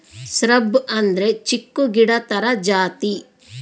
shrub ಅಂದ್ರೆ ಚಿಕ್ಕು ಗಿಡ ತರ ಜಾತಿ